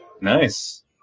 Nice